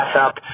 up